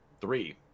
three